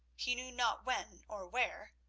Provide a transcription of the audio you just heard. he knew not when or where,